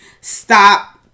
stop